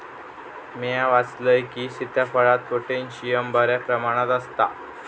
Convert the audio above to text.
म्या वाचलंय की, सीताफळात पोटॅशियम बऱ्या प्रमाणात आसता